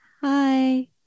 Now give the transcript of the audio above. hi